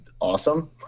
awesome